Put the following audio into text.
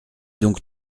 donc